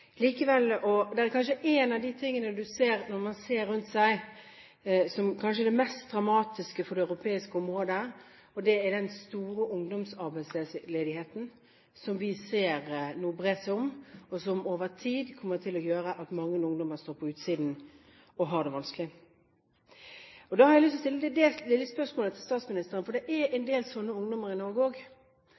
En av de tingene man ser rundt seg, som kanskje er det mest dramatiske for det europeiske området, er den store ungdomsarbeidsledigheten som nå brer om seg, og som over tid kommer til å gjøre at mange ungdommer står på utsiden og har det vanskelig. Da har jeg lyst til å stille et lite spørsmål til statsministeren, for det er en del slike ungdommer i Norge også. Det er de ungdommene som ikke har opplevd å få ta del i veksten i nye arbeidsplasser, og